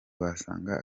wasanga